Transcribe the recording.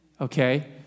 okay